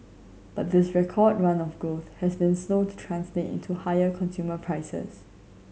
but this record run of growth has been slow to translate into higher consumer prices